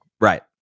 Right